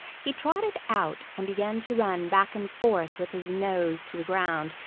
he trotted out and began to run back and forth with his nose to the ground,